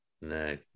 No